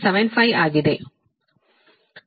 75 ಆಗಿದೆ